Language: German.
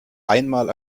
einmal